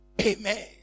Amen